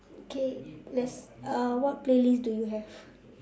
okay let's uh what playlist do you have